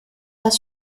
das